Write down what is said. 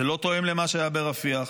זה לא תואם למה שהיה ברפיח,